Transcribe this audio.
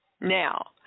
Now